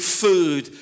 food